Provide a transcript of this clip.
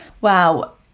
wow